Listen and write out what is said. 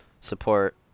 support